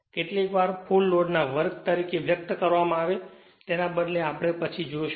તેથી કેટલીકવાર full load ના વર્ગ તરીકે વ્યક્ત કરવામાં આવે છે તેના બદલે આપણે પછી જોશું